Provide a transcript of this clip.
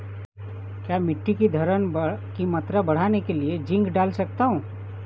क्या मिट्टी की धरण की मात्रा बढ़ाने के लिए जिंक डाल सकता हूँ?